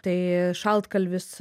tai šaltkalvis